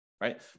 Right